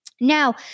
Now